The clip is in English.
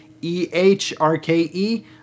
E-H-R-K-E